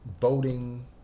voting